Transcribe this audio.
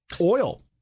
Oil